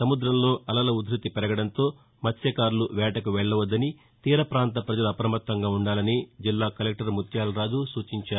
సముదంలో అలల ఉధ్భతి పెరగడంతో మత్స్టకారులు వేటకు వెళ్ళవద్దని తీర్చపాంత ప్రజలు అప్రమత్తంగా ఉండాలని జిల్లా కలెక్టర్ ముత్యాలరాజు సూచించారు